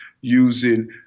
using